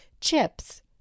chips